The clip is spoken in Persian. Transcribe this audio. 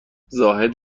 زاهد